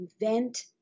invent